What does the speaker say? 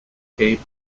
keep